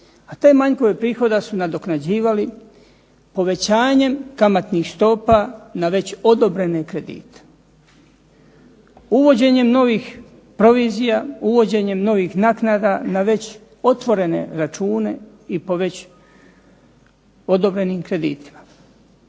a te manjkove prihoda su nadoknađivali povećanjem kamatnih stopa na već odobrene kredite. Uvođenjem novih provizija, uvođenjem novih naknada na već otvorene račune i po već odobrenim kreditima.